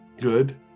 good